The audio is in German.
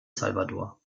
salvador